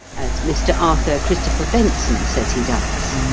as mr. arthur christopher benson says he does.